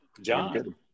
John